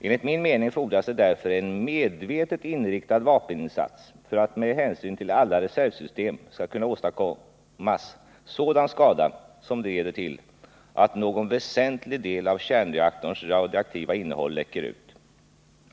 Enligt min mening fordras det därför en medvetet inriktad vapeninsats för att det med hänsyn till alla reservsystem skall åstadkommas sådan skada som leder till att någon väsentlig del av kärnreaktorns radioaktiva innehåll läcker ut.